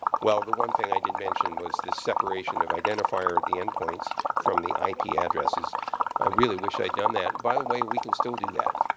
well, the one thing i did mention was this separation of identifier at the end points from the i p. addresses. i really wish i had done that. by the way, we can still do that.